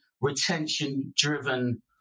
retention-driven